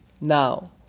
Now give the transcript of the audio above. Now